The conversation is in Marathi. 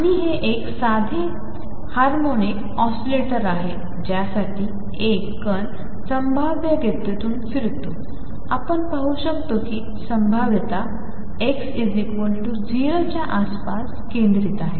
आणि हे एक साधे हार्मोनिक ऑसीलेटर आहे ज्यासाठी एक कण संभाव्यतेत फिरतो आपण पाहू शकतो की संभाव्यता x 0 च्या आसपास केंद्रित आहे